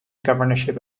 governorship